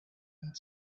and